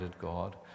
God